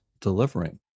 delivering